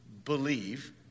believe